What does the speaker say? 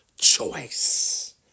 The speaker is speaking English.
choice